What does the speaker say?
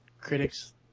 critics